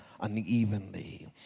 unevenly